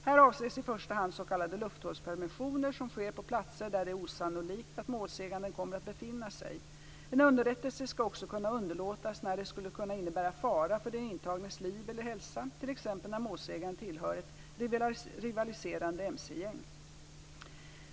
Här avses i första hand s.k. lufthålspermissioner som sker på platser där det är osannolikt att målsäganden kommer att befinna sig. En underrättelse skall också kunna underlåtas när den skulle kunna innebära fara för den intagnes liv eller hälsa, t.ex. när målsäganden tillhör ett rivaliserande mc-gäng.